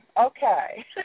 Okay